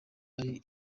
ari